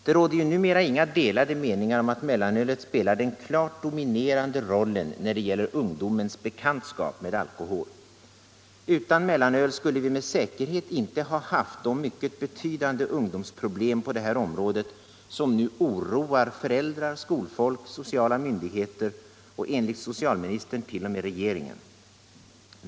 Det råder ju numera inga delade meningar om att mellanölet spelar den klart dominerande rollen när det gäller ungdomens bekantskap med alkohol. Utan mellanöl skulle vi med säkerhet inte ha haft de mycket betydande ungdomsproblem på det här området som nu oroar föräldrar, skolfolk, sociala myndigheter och enligt socialministern t.o.m. regeringen.